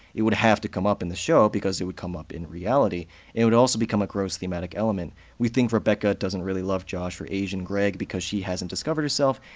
it would have to come up in the show, because it would come up in reality, and it would also become a gross thematic element we think rebecca doesn't really love josh or asian greg because she hasn't discovered herself,